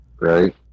right